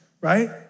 Right